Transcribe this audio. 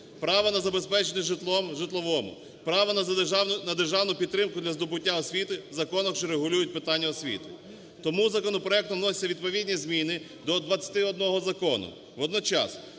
право на забезпечення житлом – в Житловому, право на державну підтримку для здобуття освіти – в законах, що регулюють питання освіти. Тому законопроектом вносяться відповідні зміни до 21 закону.